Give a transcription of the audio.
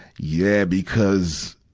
yeah, because,